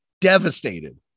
devastated